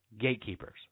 gatekeepers